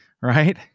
Right